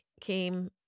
came